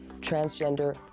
transgender